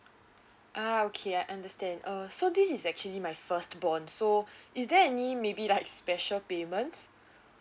a'ah okay I understand uh so this is actually my first born so is there any maybe like special payments